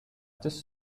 des